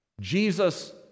Jesus